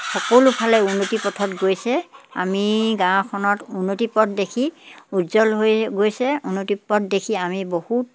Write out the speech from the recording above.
সকলোফালে উন্নতিৰ পথত গৈছে আমি গাঁওখনত উন্নতিৰ পথ দেখি উজ্জ্বল হৈ গৈছে উন্নতিৰ পথ দেখি আমি বহুত